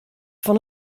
fan